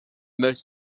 most